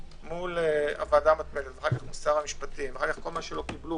מול הוועדה המתמדת ואחר כך מול שר המשפטים ואז כל מה שלא קיבלו